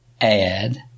add